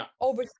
over